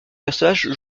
personnage